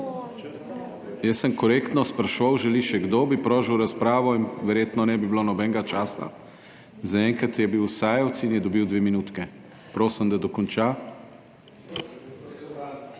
Jaz sem korektno spraševal, želi še kdo, bi sprožil razpravo in verjetno ne bi bilo nobenega časa. Zaenkrat je bil Sajovic in je dobil dve minutki, prosim, da dokonča.